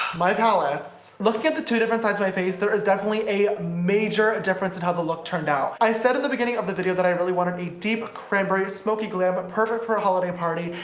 my palettes. looking at the two different sides of my face there is definitely a major difference in how the look turned out. i said at the beginning of the video that i really wanted a deep cranberry smoky glam, perfect for a holiday party.